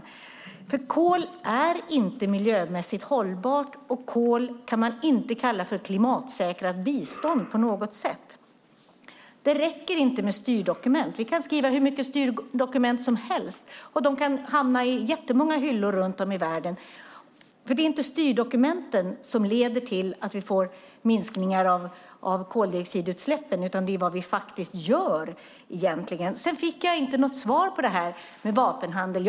Kol är nämligen inte miljömässigt hållbart, och kol kan man inte kalla för klimatsäkrat bistånd på något sätt. Det räcker inte med styrdokument. Vi kan skriva hur många styrdokument som helst, och de kan hamna i många hyllor runt om i världen, men det är inte styrdokumenten som leder till att vi får en minskning av koldioxidutsläppen utan det är vad vi faktiskt gör. Sedan fick jag inte något svar på frågan om vapenhandeln.